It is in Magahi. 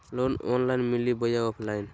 लोन ऑनलाइन मिली बोया ऑफलाइन?